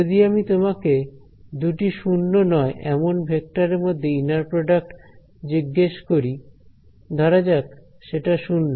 যদি আমি তোমাকে দুটি 0 নয় এমন ভেক্টরের মধ্যে ইনার প্রডাক্ট জিজ্ঞেস করি ধরা যাক সেটা শূন্য